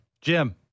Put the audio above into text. Jim